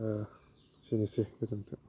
एसेनोसै गोजोन्थों